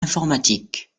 informatique